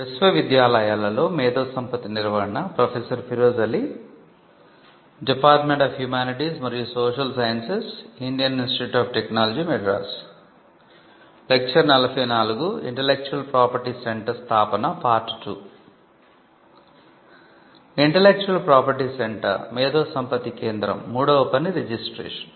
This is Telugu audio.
ఇంటేల్లెక్చువల్ ప్రాపర్టీ సెంటర్IP Centre మేధోసంపత్తి కేంద్రo మూడవ పని రిజిస్ట్రేషన్